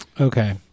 Okay